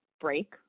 break